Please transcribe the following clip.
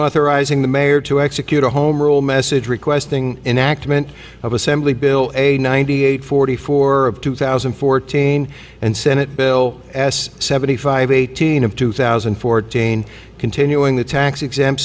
authorizing the mayor to execute a home rule message requesting enactment of assembly bill a ninety eight forty four of two thousand and fourteen and senate bill s seventy five eighteen of two thousand and fourteen continuing the tax exempt